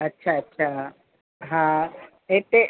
अच्छा अच्छा हा हिते